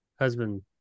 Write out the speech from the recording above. husband